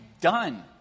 done